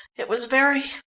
it was very